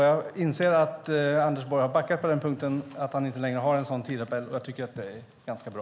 Jag inser att Anders Borg har backat på den punkten och att han inte längre har en sådan tidtabell, och jag tycker att det är ganska bra.